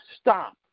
stop